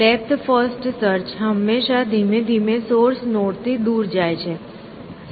depth first search હંમેશાં ધીમે ધીમે સોર્સ નોડ થી દૂર જાય છે